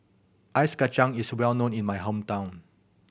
ice kacang is well known in my hometown